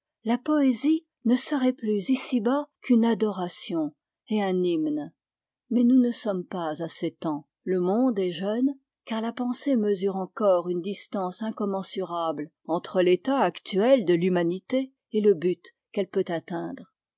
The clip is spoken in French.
la poésie ne serait plus ici bas qu'une adoration et un hymne mais nous ne sommes pas à ces temps le monde est jeune car la pensée mesure encore une distance incommensurable entre l'état actuel de l'humanité et le but qu'elle peut atteindre